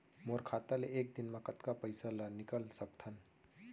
मोर खाता ले एक दिन म कतका पइसा ल निकल सकथन?